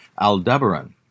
Aldebaran